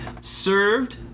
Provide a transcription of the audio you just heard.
Served